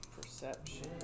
Perception